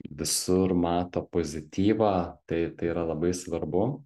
visur mato pozityvą tai tai yra labai svarbu